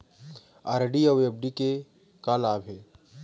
RD अऊ FD के का लाभ हे?